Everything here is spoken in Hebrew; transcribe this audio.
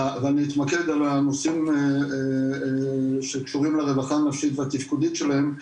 ואני אתמקד על הנושאים שקשורים לרווחה הנפשית והתפקודית שלהם,